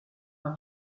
par